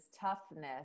toughness